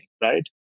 right